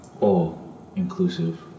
all-inclusive